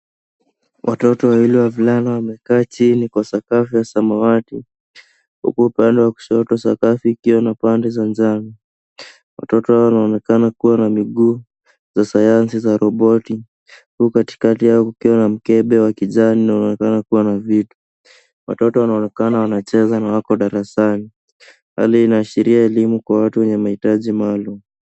Watoto wawili wavulana wamekaa chini kwa sakafu ya samawati. Huku upande wa kushoto sakafu ikiwa na pande za jano. Watoto hawa wanaonekana kuwa na minguu za sayansi za roboti. Huku katikati yao kukiwa na mkebe wa kijani na unaonekana kuwa na vitu. Watoto wanaonekana wanacheza na wako darasani. Hali hii inaashiria elimu kwa watu wenye mahitaji maalumu.